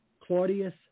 Claudius